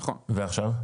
ועכשיו?